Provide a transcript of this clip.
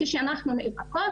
כשאנחנו נאבקות,